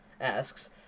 asks